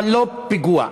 לא פיגוע,